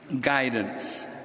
Guidance